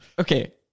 Okay